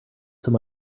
some